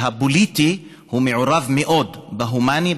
שהפוליטי מעורב מאוד בהומני,